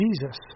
Jesus